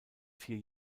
vier